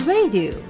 Radio